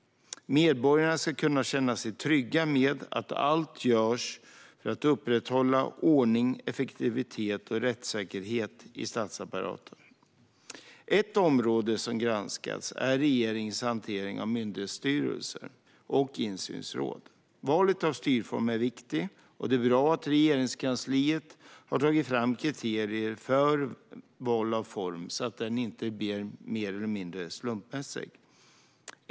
Medborgarna ska kunna känna sig trygga med att allt görs för att upprätthålla ordning, effektivitet och rättssäkerhet i statsapparaten. Ett område som granskats är regeringens hantering av myndighetsstyrelser och insynsråd. Valet av styrform är viktigt. Det är bra att Regeringskansliet har tagit fram kriterier för val av form, så att detta inte sker mer eller mindre slumpmässigt.